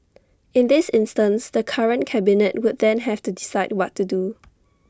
in this instance the current cabinet would then have to decide what to do